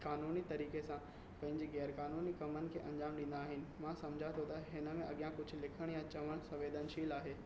क़ानूनी तरीक़े सां पंहिंजे ग़ैर क़ानूनी कमु आहे उन्हनि खे अंजामु ॾींदा आहिनि मां सम्झां थो त हिन में अॻियां कुझु लिखणु चवणु संवेदनशील आहे